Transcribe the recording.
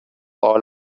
all